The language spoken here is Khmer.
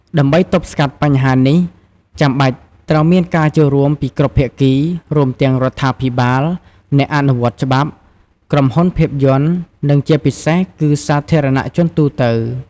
ដើម្បីទប់ស្កាត់បញ្ហានេះ ចាំបាច់ត្រូវមានការចូលរួមពីគ្រប់ភាគី រួមទាំងរដ្ឋាភិបាល អ្នកអនុវត្តច្បាប់ ក្រុមហ៊ុនភាពយន្ត និងជាពិសេសគឺសាធារណជនទូទៅ។